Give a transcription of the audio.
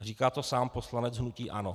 Říká to sám poslanec hnutí ANO.